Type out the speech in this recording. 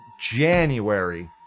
January